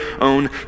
own